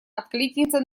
откликнется